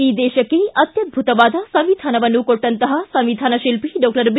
ಈ ದೇಶಕ್ಕೆ ಅತ್ಯದ್ದುತವಾದ ಸಂವಿಧಾನವನ್ನು ಕೊಟ್ಟಂತಹ ಸಂವಿಧಾನ ಶಿಲ್ಪಿ ಡಾಕ್ಟರ್ ಬಿ